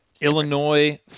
Illinois